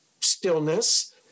stillness